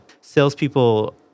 salespeople